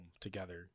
together